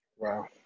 Wow